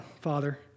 Father